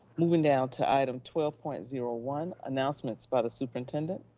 moving down to item twelve point zero one announcements by the superintendent.